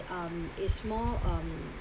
um is more um